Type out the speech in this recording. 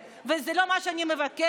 וזה לא מה שאני מבקשת,